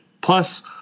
Plus